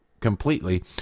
completely